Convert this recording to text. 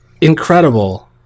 incredible